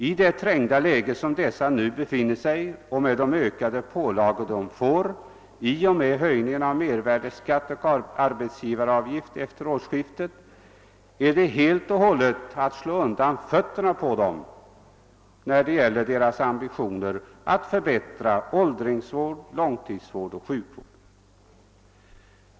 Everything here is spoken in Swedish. I det trängda läge där de nu befinner sig innebär de ökade pålagorna i och med höjningen av mer värdeskatt och arbetsgivaravgift efter årsskiftet att man helt och hållet slår undan fötterna på dem när det gäller deras ambitioner att förbättra åldringsvård, långtidsvård och sjukvård.